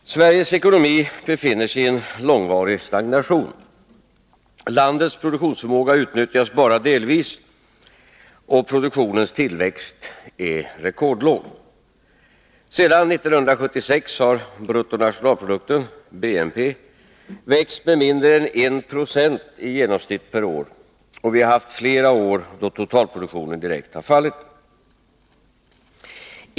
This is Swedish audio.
Herr talman! Sveriges ekonomi befinner sig i en långvarig stagnation. Landets produktionsförmåga utnyttjas bara delvis och produktionens tillväxt är rekordlåg. Sedan 1976 har bruttonationalprodukten växt med mindre än 1 90 i genomsnitt per år, och vi har haft flera år då totalproduktionen direkt fallit.